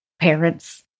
parents